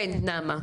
כן, נעמה.